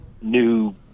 new